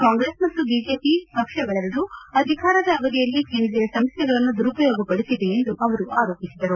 ಕಾಂಗ್ರೆಸ್ ಮತ್ತು ಬಿಜೆಪಿ ಪಕ್ಷಗಳೆರಡೂ ಅಧಿಕಾರದ ಅವಧಿಯಲ್ಲಿ ಕೇಂದ್ರೀಯ ಸಂಸ್ಲೆಗಳನ್ನು ದುರುಪಯೋಗಪಡಿಸಿವೆ ಎಂದು ಅವರು ಆರೋಪಿಸಿದರು